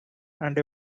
and